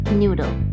noodle